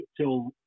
till